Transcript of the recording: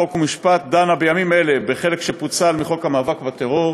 חוק ומשפט דנה בימים אלה בחלק שפוצל מחוק המאבק בטרור